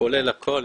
כולל הכול.